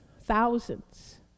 thousands